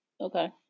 Okay